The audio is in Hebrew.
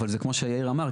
אבל זה כמו שיאיר אמר,